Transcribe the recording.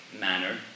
manner